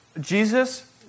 Jesus